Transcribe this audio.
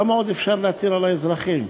כמה עוד אפשר להטיל על האזרחים?